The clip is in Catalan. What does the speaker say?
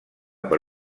per